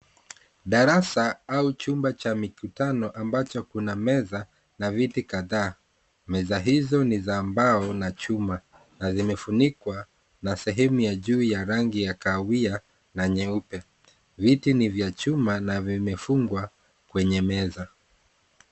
Darasa au chumba cha mikutano ambacho kuna meza, na viti kadhaa. Meza hizo ni za mbao na chuma, na zimefunikwa na sehemu ya juu ya rangi ya kahawia na nyeupe. Viti ni vya chuma na vimefungwa, kwenye meza.